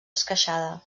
esqueixada